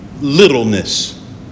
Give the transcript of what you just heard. littleness